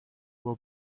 will